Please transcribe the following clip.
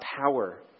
power